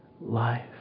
life